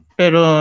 pero